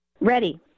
Ready